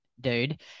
dude